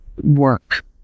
work